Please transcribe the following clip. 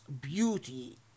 beauty